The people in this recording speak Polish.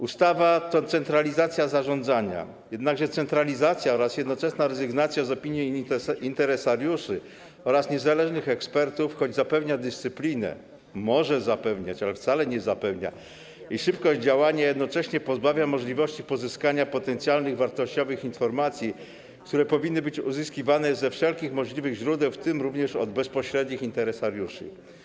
Ustawa to centralizacja zarządzania, jednakże centralizacja oraz jednoczesna rezygnacja z opinii interesariuszy oraz niezależnych ekspertów, choć zapewnia dyscyplinę - może zapewniać, ale wcale nie zapewnia - i szybkość działania, jednocześnie pozbawia możliwości pozyskania potencjalnych wartościowych informacji, które powinny być uzyskiwane ze wszelkich możliwych źródeł, w tym również od bezpośrednich interesariuszy.